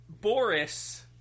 Boris